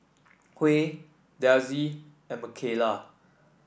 Huey Delsie and Mikayla